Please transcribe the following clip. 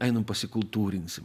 einam pasikultūrinsim